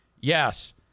Yes